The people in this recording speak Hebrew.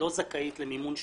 לא זכאית למימון שוטף,